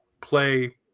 play